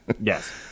Yes